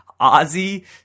Ozzy